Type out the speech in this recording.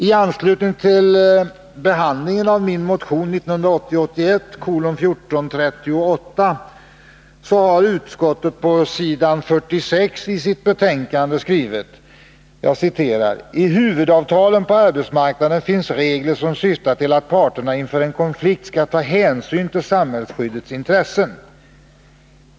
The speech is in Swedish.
I anslutning till behandlingen av min motion 1980/81:1438 har utskottet på s. 46 i sitt betänkande skrivit: ”T huvudavtalen på arbetsmarknaden finns regler som syftar till att parterna inför en konflikt skall ta hänsyn till samhällsskyddets intressen.